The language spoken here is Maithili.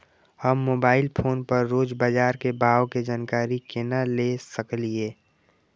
हम मोबाइल फोन पर रोज बाजार के भाव के जानकारी केना ले सकलिये?